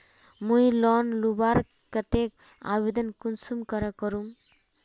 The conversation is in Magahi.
मुई लोन लुबार केते आवेदन कुंसम करे करूम?